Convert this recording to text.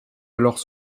alors